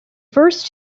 first